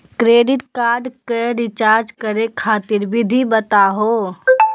Credit card क recharge करै खातिर विधि बताहु हो?